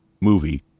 movie